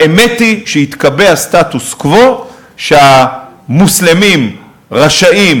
האמת היא שהתקבע סטטוס-קוו שהמוסלמים רשאים